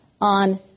on